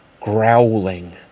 growling